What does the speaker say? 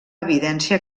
evidència